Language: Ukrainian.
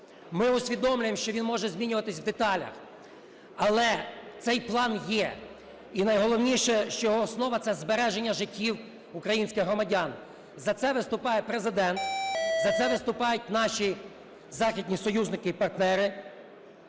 Ми усвідомлюємо, що він може змінюватися в деталях. Але цей план є. І найголовніше, що його основа – це збереження життів українських громадян. За це виступає Президент. За це виступають наші західні союзники і партнери.